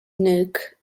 nook